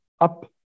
up